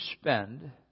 spend